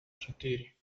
четыре